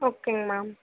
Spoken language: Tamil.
ஓகேங்க மேம்